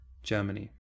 Germany